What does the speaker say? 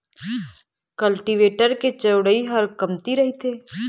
cultivator के चउड़ई ह कमती रहिथे